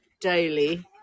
daily